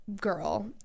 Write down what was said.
girl